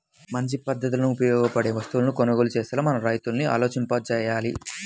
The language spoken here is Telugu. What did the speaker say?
మంచి పద్ధతులకు ఉపయోగపడే వస్తువులను కొనుగోలు చేసేలా మన రైతుల్ని ఆలోచింపచెయ్యాలి